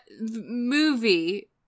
movie